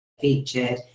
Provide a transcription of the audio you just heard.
featured